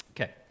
Okay